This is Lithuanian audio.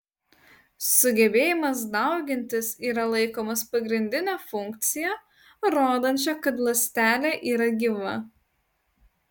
sugebėjimas daugintis yra laikomas pagrindine funkcija rodančia kad ląstelė yra gyva